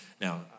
Now